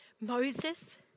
Moses